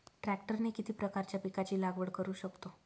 ट्रॅक्टरने किती प्रकारच्या पिकाची लागवड करु शकतो?